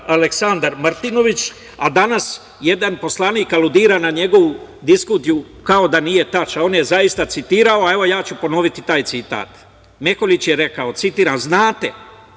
Aleksandar Martinović, a danas jedan poslanik aludira na njegovu diskusiju kao da nije tačna, on je zaista citirao, a evo ja ću ponoviti taj citat. Meholjić je rekao, citiram – znate,